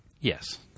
Yes